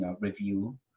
review